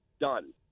Done